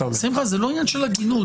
שמחה, זה לא עניין של הגינות.